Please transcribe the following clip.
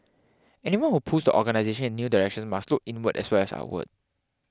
anyone who pulls the organisation in new directions must look inward as well as outward